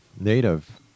Native